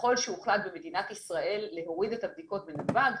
ככל שהוחלט במדינת ישראל להוריד את הבדיקות בנתב"ג,